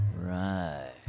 Right